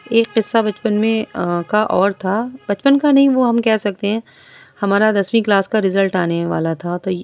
ایک قصہ بچپن میں کا اور تھا بچپن کا نہیں وہ ہم کہہ سکتے ہیں ہمارا دسویں کلاس کا رزلٹ آنے والا تھا تو